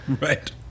Right